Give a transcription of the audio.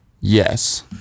Yes